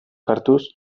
hartuz